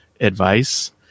advice